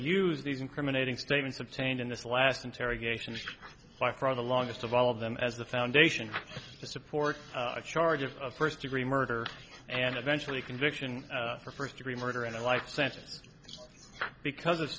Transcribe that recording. use these incriminating statements obtained in this last interrogation by far the longest of all of them as the foundation to support a charge of first degree murder and eventually conviction for first degree murder and a life sentence because